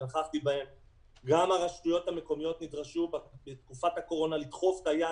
שנוכחתי בהם גם הרשויות המקומיות נדרשו בתקופת הקורונה לדחוף את היד